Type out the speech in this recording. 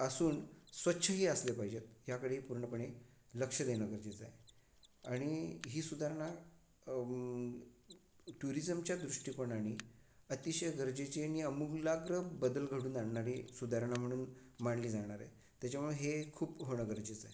असून स्वच्छही असले पाहिजेत ह्याकडेही पूर्णपणे लक्ष देणं गरजेचं आहे आणि ही सुधारणा टुरिजमच्या दृष्टिकोनानी अतिशय गरजेची आणि अमुगलाग्र बदल घडून आणणारी सुधारणा म्हणून मांडली जाणार आहे तेच्यामुळं हे खूप होणं गरजेचं आहे